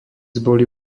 boli